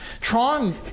Tron